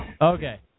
Okay